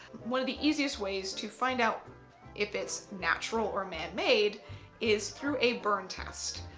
one of the easiest ways to find out if it's natural or man-made is through a burn test.